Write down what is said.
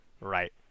Right